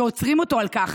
ועוצרים אותו על כך,